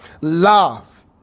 Love